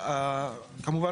כמובן,